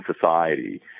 society